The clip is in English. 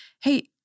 hey